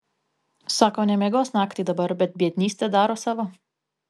sako nemiegos naktį dabar bet biednystė daro savo